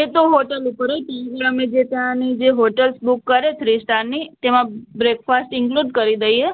એ તો હોટલ ઉપર હોય અમે જે ત્યાંની જે હોટલ બુક કરે થ્રી સ્ટારની તેમાં બ્રેકફાસ્ટ ઇન્કલુડ કરી દઈએ